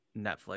Netflix